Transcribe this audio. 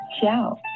Ciao